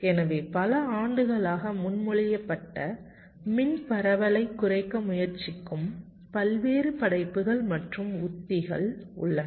எனவே பல ஆண்டுகளாக முன்மொழியப்பட்ட மின் பரவலைக் குறைக்க முயற்சிக்கும் பல்வேறு படைப்புகள் மற்றும் உத்திகள் உள்ளன